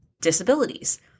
disabilities